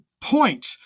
point